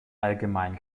allgemein